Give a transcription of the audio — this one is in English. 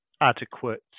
adequate